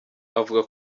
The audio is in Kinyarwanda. avuga